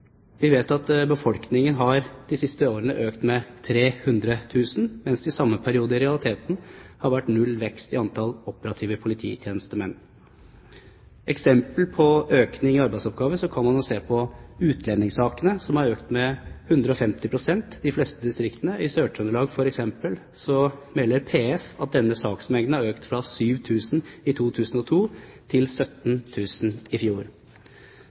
Vi vet at befolkningen de siste årene har økt med 300 000, mens det i samme periode i realiteten har vært null vekst i antall operative polititjenestemenn. Som eksempel på økningen i arbeidsoppgavene kan man se på utlendingssakene som har økt med 150 pst. i de fleste distriktene. I Sør-Trøndelag f.eks. melder PF at denne saksmengden har økt fra 7 000 i 2002 til 17 000 i fjor.